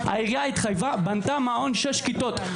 העירייה התחייבה בנתה מעון, שש כיתות.